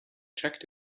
checked